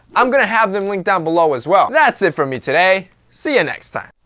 i'm gonna have them link down below as well. that's it for me today. see you next time.